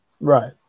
Right